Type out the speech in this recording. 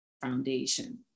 foundation